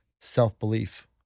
self-belief